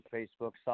Facebook